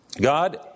God